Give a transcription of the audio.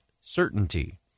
certainty